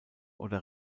oder